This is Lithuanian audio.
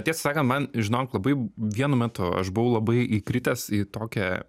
tiesą sakant man žinokit labai vienu metu aš buvau labai įkritęs į tokią